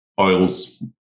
oils